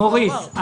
מוריס,